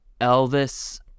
Elvis